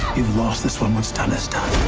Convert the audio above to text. lost this one. what's done is done.